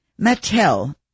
Mattel